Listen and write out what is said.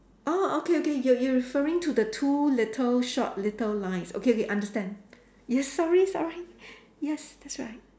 orh okay okay you you referring to the two little short little lines okay okay understand yes sorry sorry yes that's right